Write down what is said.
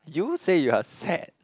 you say you are sad